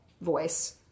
voice